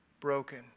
broken